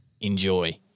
Enjoy